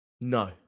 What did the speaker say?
No